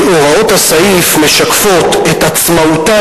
שהוראות הסעיף משקפות "את עצמאותן